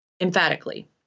emphatically